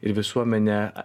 ir visuomenė